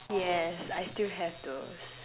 yes I still have those